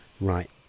Right